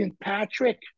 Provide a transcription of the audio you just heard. Patrick